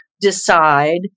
decide